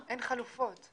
חלופות.